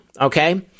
Okay